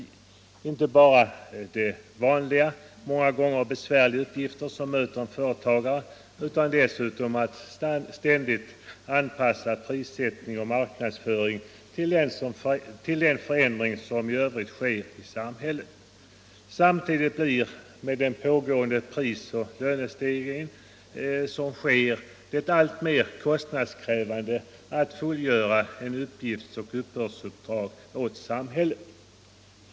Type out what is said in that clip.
Han måste inte bara fullgöra de vanliga, många gånger besvärliga uppgifter som möter en företagare utan dessutom ständigt anpassa prissättning och marknadsföring till de snabba förändringar i övrigt som då sker i samhället. Samtidigt blir det, med den pågående prisoch lönestegringen, alltmer kostnadskrävande att fullgöra uppgiftsoch uppbördsuppdrag åt samhället.